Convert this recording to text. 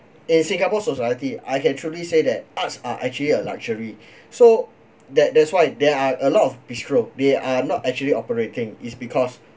in singapore society I can truly say that arts are actually a luxury so that that's why there are a lot of bistro they are not actually operating is because